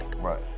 Right